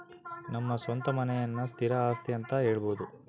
ನಮ್ಮ ಸ್ವಂತ ಮನೆಯನ್ನ ಸ್ಥಿರ ಆಸ್ತಿ ಅಂತ ಹೇಳಬೋದು